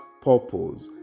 purpose